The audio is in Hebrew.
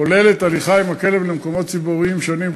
הכולל הליכה עם הכלב למקומות ציבוריים שונים,